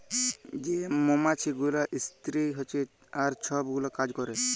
যে মমাছি গুলা ইস্তিরি হছে আর ছব গুলা কাজ ক্যরে